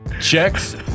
checks